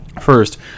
First